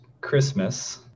christmas